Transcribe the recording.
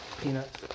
peanuts